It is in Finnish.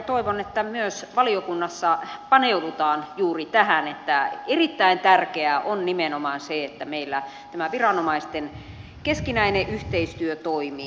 toivon että myös valiokunnassa paneudutaan juuri tähän että erittäin tärkeää on nimenomaan se että meillä tämä viranomaisten keskinäinen yhteistyö toimii